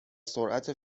سرعت